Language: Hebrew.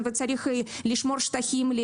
צריך לשמור שטחים.